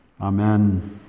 Amen